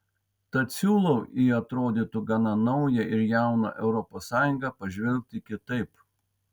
tad siūlau į atrodytų gana naują ir jauną europos sąjungą pažvelgti kitaip